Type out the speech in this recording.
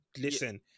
listen